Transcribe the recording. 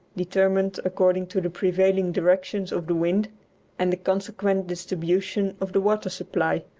determined according to the prevailing directions of the wind and the consequent distribution of the water supply.